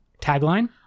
tagline